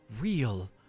real